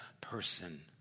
person